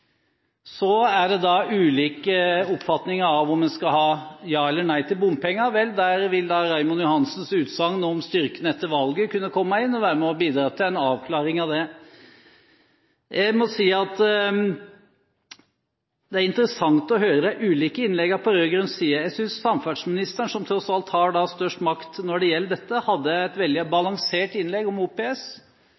Så er det ulike oppfatninger av om en skal si ja eller nei til bompenger. Der vil da Raymond Johansens utsagn om styrken etter valget kunne komme inn og være med og bidra til en avklaring av det. Jeg må si det er interessant å høre de ulike innleggene på rød-grønn side. Jeg synes samferdselsministeren, som tross alt har størst makt på dette området, hadde et veldig